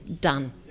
done